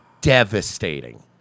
devastating